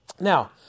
Now